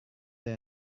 they